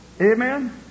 Amen